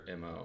MO